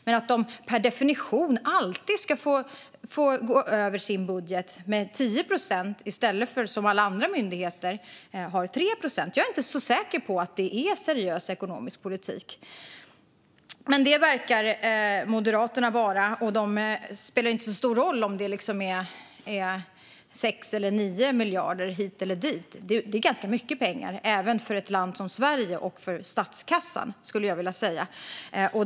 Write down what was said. Men att de per definition alltid ska få gå över sin budget med 10 procent i stället för 3 procent som gäller alla andra myndigheter är jag inte så säker på är seriös ekonomisk politik. Men det verkar Moderaterna vara, och det spelar ingen roll om det är 6 eller 9 miljarder hit eller dit. Men det är ganska mycket pengar även för ett land som Sverige och för statskassan, skulle jag vilja säga.